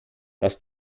dass